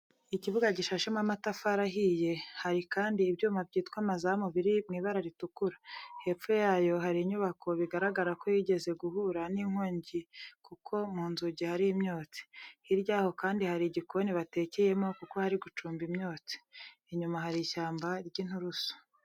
Ikibuga gishashemo amatafari ahiye, hari kandi ibyuma byitwa amazamu biri mu ibara ritukura. Hepfo yayo hari inyubako bigaragara ko yigeze guhura n'inkongi kuko mu nzugi hari imyotsi. Hirya yayo kandi hari igikoni batekeyemo kuko hari gucumba imyotsi. Inyuma hari ishyamba ry'inturusu.